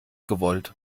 gewollt